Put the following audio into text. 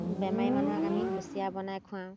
বেমাৰী মানুহক আমি কুচিয়া বনাই খুৱাওঁ